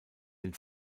den